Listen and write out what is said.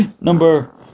Number